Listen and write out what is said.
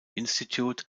institute